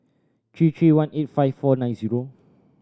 three three one eight five four nine zero